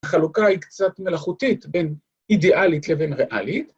‫החלוקה היא קצת מלאכותית, ‫בין אידיאלית לבין ריאלית.